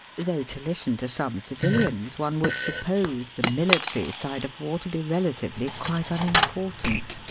though to listen to some civilians one would suppose the military side of war to be relatively quite unimportant.